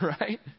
right